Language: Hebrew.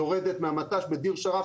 יורדת מהמט"ש בדיר שרף,